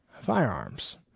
firearms